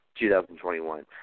2021